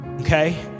Okay